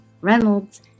Reynolds